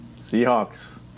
Seahawks